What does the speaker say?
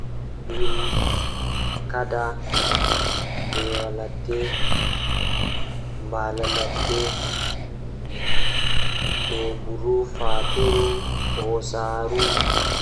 Woodi paɗe peeka, woodi sandal, woodi jei don forti bedo wiya dum flat, woodi jei jogata kooli, woodi jei borne, woodi jei ɓeɗon viya dum buut wakkati go, qoodi pade ndiyam, woodi jei ɓeɗon naftira dum haa ngesa malla haa nder loope, woodi jei don mabbi dow kooli man beɗon wiya dum kova.